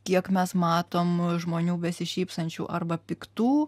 kiek mes matom žmonių besišypsančių arba piktų